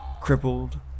crippled